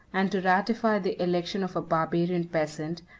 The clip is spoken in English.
and to ratify the election of a barbarian peasant,